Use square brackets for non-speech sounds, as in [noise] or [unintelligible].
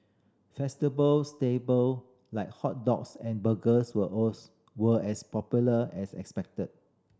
[unintelligible] staple like hot dogs and burgers were [unintelligible] were as popular as expected